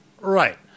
Right